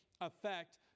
effect